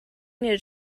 need